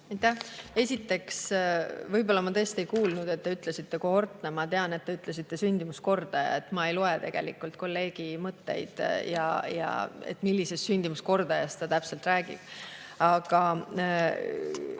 Esiteks, võib-olla ma tõesti ei kuulnud, et te ütlesite "kohortne". Ma tean, et te ütlesite "sündimuskordaja". Ma ei loe tegelikult kolleegi mõtteid, millisest sündimuskordajast ta täpselt räägib. Aga